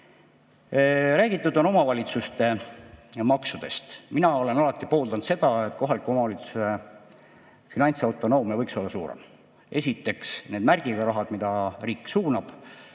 Räägitud on omavalitsuste maksudest. Mina olen alati pooldanud seda, et kohalike omavalitsuste finantsautonoomia võiks olla suurem. Esiteks, need märgiga rahad, mida riik suunab,